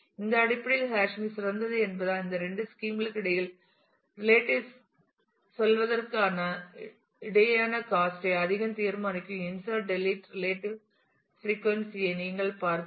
இந்த அடிப்படையில் ஹேஷிங் சிறந்தது என்பதால் இந்த இரண்டு ஸ்கீம் களுக்கிடையில் ரிலேட்டிவ் செல்வதற்கு இடையேயான காஸ்ட் ஐ அதிகம் தீர்மானிக்கும் இன்சர்ட் டெலிட் இன் ரிலேட்டிவ் பிரீகொன்சி ஐ நீங்கள் பார்க்க வேண்டும்